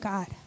God